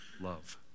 love